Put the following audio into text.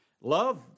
love